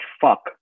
fuck